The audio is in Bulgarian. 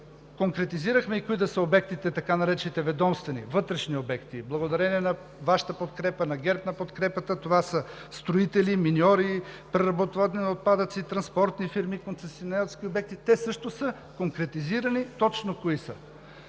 Конкретизирахме и кои да са обектите, така наречените „ведомствени, вътрешни обекти“, благодарение на Вашата подкрепа, на подкрепата на ГЕРБ. Това са строители, миньори, преработватели на отпадъците, транспортни фирми, концесионерски обекти. Те също са конкретизирани точно кои са.